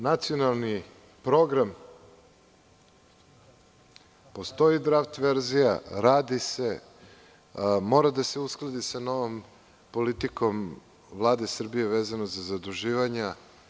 Nacionalni program, postoji draft verzija, radi se, mora da se uskladi sa novom politikom Vlade Srbije vezano za zaduživanja.